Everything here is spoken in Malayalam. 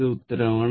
ഇത് ഉത്തരമാണ്